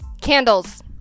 candles